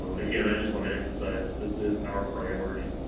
ah again, i just wanna emphasize that this is our priority.